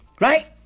Right